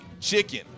chicken